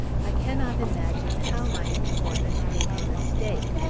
i cannot imagine how my informant made the mistake,